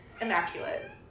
immaculate